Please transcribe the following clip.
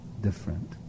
different